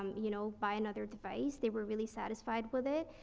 um you know, buy another device. they were really satisfied with it.